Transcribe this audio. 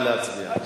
נא להצביע.